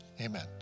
amen